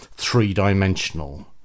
three-dimensional